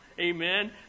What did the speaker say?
Amen